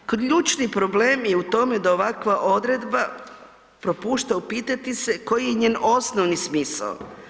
Ključni problem je u tome da ovakva odredba propušta upitati se koji je njen osnovni smisao.